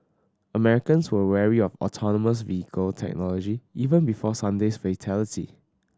Americans were wary of autonomous vehicle technology even before Sunday's fatality